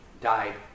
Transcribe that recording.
died